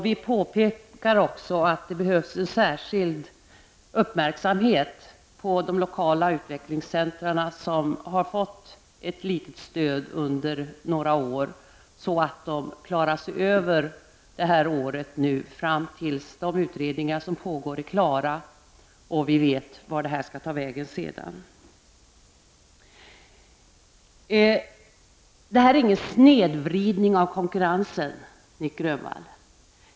Vi påpekar också att det behövs en särskild uppmärksamhet på de lokala utvecklingscentra som endast har fått ett litet stöd under några år så att de klarar sig igenom det här året fram till dess de utredningar som pågår är klara och vi vet var detta skall ta vägen sedan. Det är inte fråga om snedvridning av konkurrensen, Nic Grönvall.